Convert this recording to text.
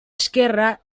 esquerra